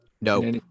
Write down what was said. No